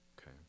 Okay